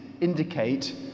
indicate